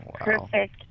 perfect